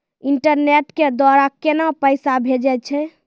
Internet के द्वारा केना पैसा भेजय छै?